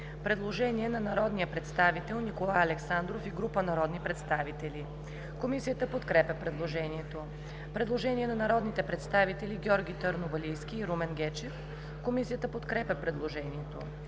предложение на народния представител Николай Александров и група народни представители. Комисията подкрепя предложението. Предложение на народните представители Георги Търновалийски и Румен Гечев. Комисията подкрепя предложението.